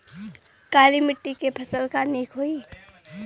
काली मिट्टी क फसल नीक होई?